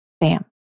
bam